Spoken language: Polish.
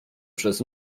przez